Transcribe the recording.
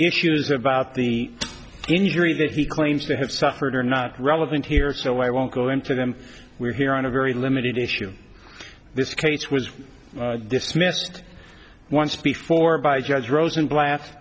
issues about the injury that he claims to have suffered are not relevant here so i won't go into them we're here on a very limited issue this case was dismissed once before by judge rosenbla